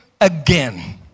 again